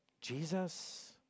Jesus